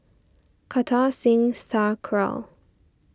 Kartar Singh Thakral